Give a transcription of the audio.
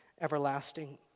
everlasting